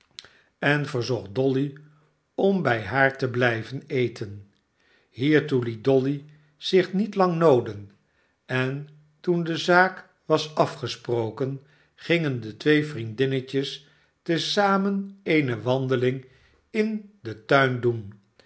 en verzocht dolly om bij haar te blijven eten hiertoe liet dolly zich niet lang nooden en toen de zaak was afgesproken gingen de twee vriendinnetjes te zamen eene wandeling in den tuin doen